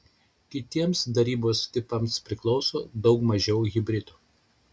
kitiems darybos tipams priklauso daug mažiau hibridų